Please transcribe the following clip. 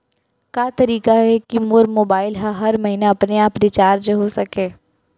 का तरीका हे कि मोर मोबाइल ह हर महीना अपने आप रिचार्ज हो सकय?